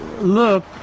look